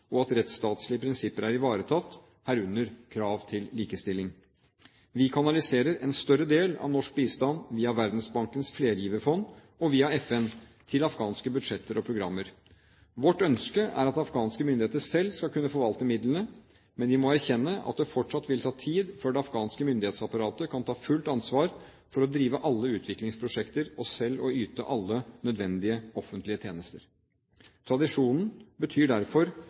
og at rettsstatlige prinsipper er ivaretatt, herunder krav til likestilling. Vi kanaliserer en større del av norsk bistand via Verdensbankens flergiverfond og via FN til afghanske budsjetter og programmer. Vårt ønske er at afghanske myndigheter selv skal kunne forvalte midlene, men de må erkjenne at det fortsatt vil ta tid før det afghanske myndighetsapparatet kan ta fullt ansvar for å drive alle utviklingsprosjekter og selv yte alle nødvendige offentlige tjenester. Transisjon betyr derfor